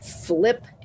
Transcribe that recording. flip